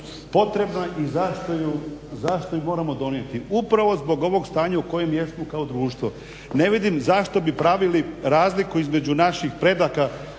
potrebna i zašto ju moramo donijeti, upravo zbog ovog stanja u kojem jesmo kao društvo. Ne vidim zašto bi pravili razliku između naših predaka